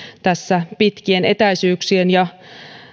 tässä pitkien etäisyyksien ja